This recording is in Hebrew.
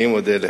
אני מודה לך.